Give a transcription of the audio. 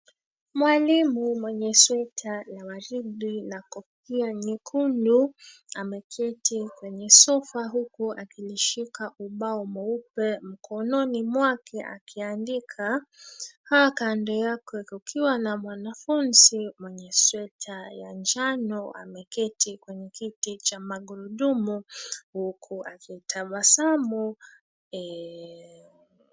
Mwalimu mwenye sweta la waridi na kofia nyekundu, ameketi kwenye sofa huku akilishika ubao mweupe mkononi mwake akiandika. Kando yake kukiwa na mwanafunzi mwenye sweta ya njano ameketi kwenye kiti cha magurudumu huku akitabasamu.